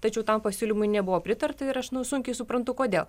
tačiau tam pasiūlymui nebuvo pritarta ir aš nu sunkiai suprantu kodėl